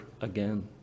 again